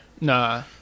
Nah